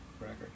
record